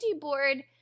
board